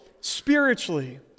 spiritually